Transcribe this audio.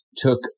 took